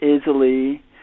easily